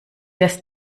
das